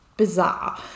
bizarre